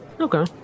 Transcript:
Okay